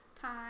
time